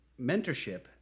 mentorship